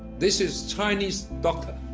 this is chinese doctor.